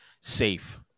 safe